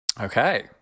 Okay